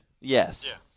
yes